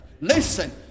Listen